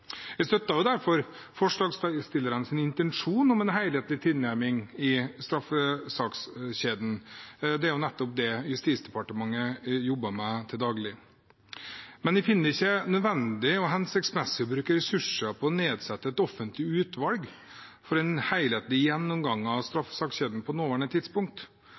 Jeg støtter derfor forslagsstillernes intensjon om en helhetlig tilnærming i straffesakskjeden. Det er nettopp det Justisdepartementet jobber med til daglig. Men jeg finner det ikke nødvendig og hensiktsmessig å bruke ressurser på å nedsette et offentlig utvalg for en helhetlig gjennomgang av straffesakskjeden på det nåværende tidspunkt.